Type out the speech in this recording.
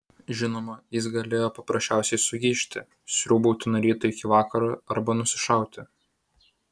žinoma jis galėjo paprasčiausiai sugižti sriūbauti nuo ryto iki vakaro arba nusišauti